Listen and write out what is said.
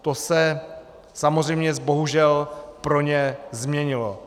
To se samozřejmě bohužel pro ně změnilo.